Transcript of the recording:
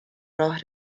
راه